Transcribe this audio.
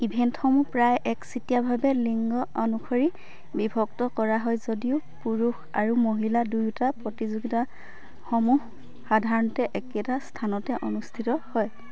ইভেণ্টসমূহ প্ৰায় একচেটিয়াভাৱে লিংগ অনুসৰি বিভক্ত কৰা হয় যদিও পুৰুষ আৰু মহিলা দুয়োটা প্ৰতিযোগিতা সমূহ সাধাৰণতে একেটা স্থানতে অনুষ্ঠিত হয়